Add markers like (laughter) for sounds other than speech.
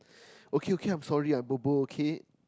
(breath) okay okay I am sorry I'm bobo okay